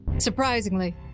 Surprisingly